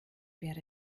wäre